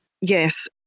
Yes